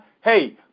Hey